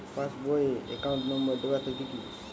Pass বই এ account number দেওয়া থাকে কি?